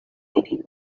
ilin